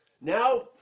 Now